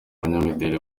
banyamideli